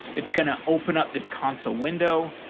it's going to open up this console window.